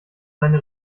seine